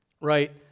right